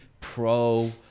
pro